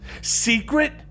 Secret